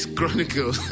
Chronicles